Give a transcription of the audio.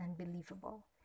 unbelievable